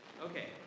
Okay